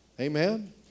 Amen